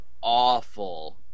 awful